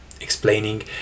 explaining